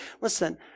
listen